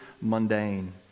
mundane